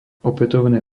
opätovné